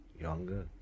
Younger